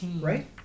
Right